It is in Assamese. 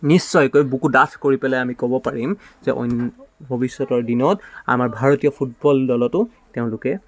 নিশ্চয়কৈ বুকু ডাঠ কৰি পেলাই আমি ক'ব পাৰিম যে অন্য ভৱিষ্যতৰ দিনত আমাৰ ভাৰতীয় ফুটবল দলতো তেওঁলোকে